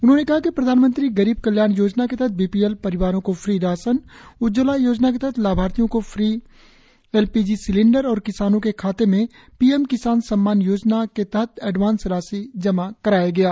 उन्होंने कहा कि प्रधानमंत्री गरीब कल्याण योजना के तहत बी पी एल परिवारों को फ्री राशन उज्जवला योजना के लाभार्थियों को free L P G cylinder और किसानों के खाते में पी एम किसान सम्मान योजना के तहत एडवांस राशि जमा कराया है